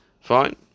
Fine